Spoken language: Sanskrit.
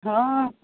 हा